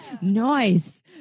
Nice